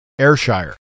Ayrshire